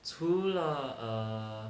除了 err